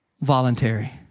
voluntary